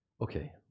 Okay